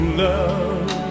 love